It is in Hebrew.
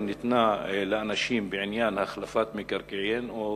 ניתנה לאנשים בעניין החלפת מקרקעין או